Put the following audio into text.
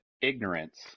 Ignorance